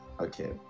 okay